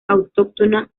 autóctona